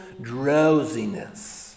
drowsiness